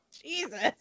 Jesus